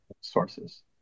sources